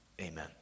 amen